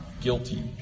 guilty